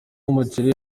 umuceri